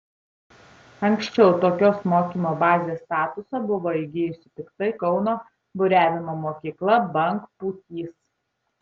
anksčiau tokios mokymo bazės statusą buvo įgijusi tiktai kauno buriavimo mokykla bangpūtys